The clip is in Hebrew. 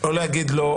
או להגיד לא,